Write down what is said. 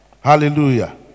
Hallelujah